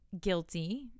guilty